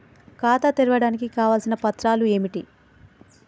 ఖాతా తెరవడానికి కావలసిన పత్రాలు ఏమిటి?